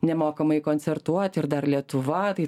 nemokamai koncertuoti ir dar lietuva tai